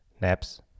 naps